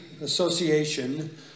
association